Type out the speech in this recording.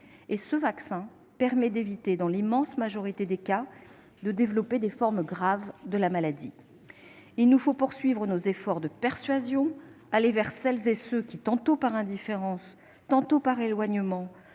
Et celui-ci permet d'éviter, dans l'immense majorité des cas, de développer des formes graves de la maladie. Il nous faut poursuivre nos efforts de persuasion et aller vers celles et ceux qui, tantôt par indifférence, tantôt par éloignement,